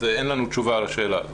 אז אין לנו תשובה על השאלה.